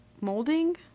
Molding